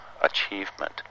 achievement